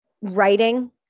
writing